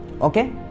Okay